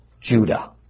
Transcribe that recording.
Judah